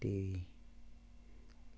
TV